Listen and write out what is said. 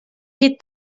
llit